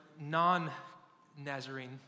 non-Nazarene